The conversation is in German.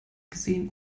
gesehen